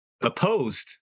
opposed